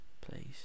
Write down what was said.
please